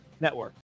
Network